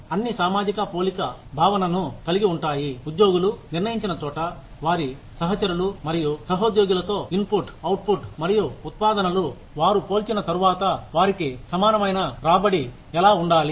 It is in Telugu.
అన్ని సామాజిక పోలిక భావనను కలిగి ఉంటాయి ఉద్యోగులు నిర్ణయించిన చోట వారి సహచరులు మరియు సహోద్యోగులతో ఇన్పుట్ అవుట్పుట్ మరియు ఉత్పాదనలు వారు పోల్చిన తర్వాత వారికి సమానమైన రాబడి ఎలా ఉండాలి